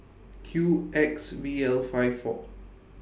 Q X V L five four